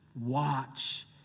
Watch